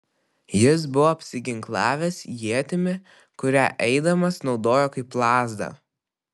jis buvo apsiginklavęs ietimi kurią eidamas naudojo kaip lazdą